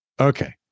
Okay